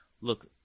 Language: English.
look